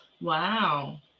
Wow